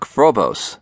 Frobos